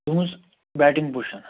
تُہٕنٛز batting position